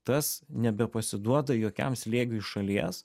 tas nebepasiduoda jokiam slėgiui šalies